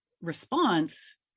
response